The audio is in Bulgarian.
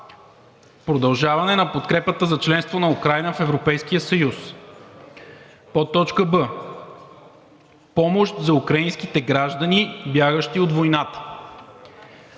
продължаване на подкрепата за членство на Украйна в Европейския съюз; б) помощ за украинските граждани, бягащи от войната